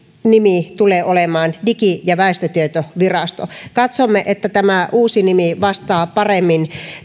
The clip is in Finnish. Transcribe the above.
nimi tulee olemaan digi ja väestötietovirasto katsomme että tämä uusi nimi vastaa paremmin